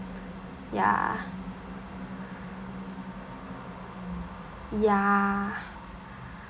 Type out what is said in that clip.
ya ya